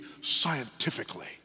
scientifically